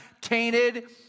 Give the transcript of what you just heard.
tainted